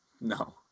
No